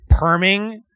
perming